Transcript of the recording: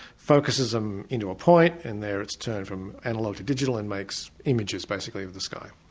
focuses them into a point and there it's turned from analogue to digital and makes images basically of the sky.